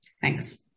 Thanks